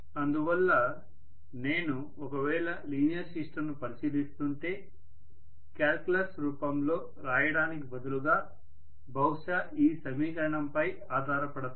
అందువల్ల నేను ఒకవేళ లీనియర్ సిస్టంను పరిశీలిస్తుంటే కాల్కులస్ రూపంలో రాయడానికి బదులుగా బహుశా ఈ సమీకరణంపై ఆధార పడతాను